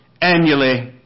annually